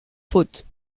faute